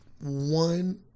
one